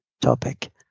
topic